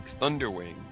Thunderwing